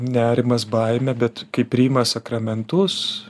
nerimas baimė bet kai priima sakramentus